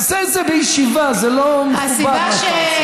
עשה את זה בישיבה, זה לא מכובד מה שאתה עושה.